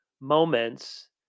moments